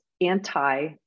anti